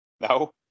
No